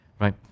right